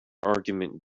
argument